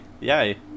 Yay